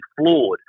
flawed